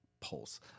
pulse